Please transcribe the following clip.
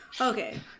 Okay